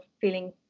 feeling